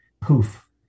poof